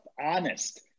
honest